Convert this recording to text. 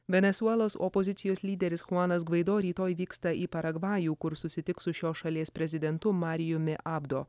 venesuelos opozicijos lyderis chuanas gvaido rytoj vyksta į paragvajų kur susitiks su šios šalies prezidentu marijumi abdo